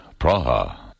Praha